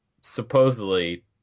supposedly